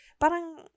Parang